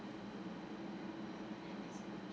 mm